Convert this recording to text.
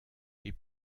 est